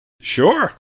Sure